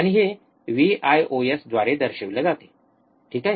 आणि हे व्हीआयओएस द्वारे दर्शविले जाते ठीक आहे